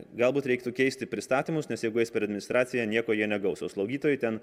galbūt reiktų keisti pristatymus nes jeigu eis per administraciją nieko jie negaus o slaugytojai ten